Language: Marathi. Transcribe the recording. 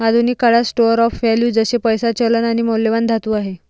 आधुनिक काळात स्टोर ऑफ वैल्यू जसे पैसा, चलन आणि मौल्यवान धातू आहे